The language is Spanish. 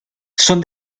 son